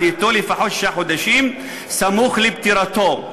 אתו לפחות שישה חודשים סמוך לפטירתו,